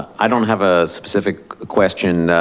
i don't have a specific question.